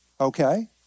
Okay